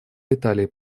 италии